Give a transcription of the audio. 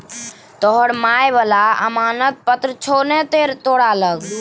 तोहर माय बला जमानत पत्र छौ ने तोरा लग